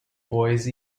boise